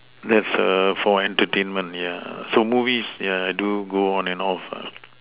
that's err for entertainment yeah so movies yeah do go on and off lah